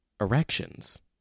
erections